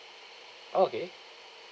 okay